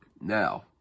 Now